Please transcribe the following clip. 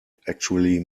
actually